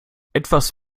etwas